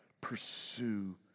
pursue